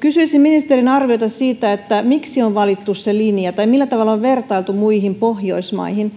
kysyisin ministerin arviota siitä miksi on valittu tämä linja tai millä tavalla on vertailtu muihin pohjoismaihin